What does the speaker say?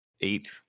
eight